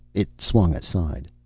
it swung aside.